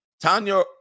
Tanya